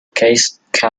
castle